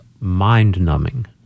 mind-numbing